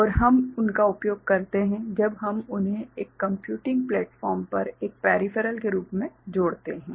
और हम उनका उपयोग करते हैं जब हम उन्हें एक कंप्यूटिंग प्लेटफ़ॉर्म पर एक पेरिफेरल के रूप में जोड़ते हैं